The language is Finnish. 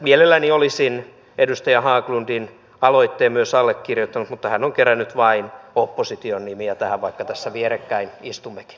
mielelläni olisin edustaja haglundin aloitteen myös allekirjoittanut mutta hän on kerännyt vain opposition nimiä tähän vaikka tässä vierekkäin istummekin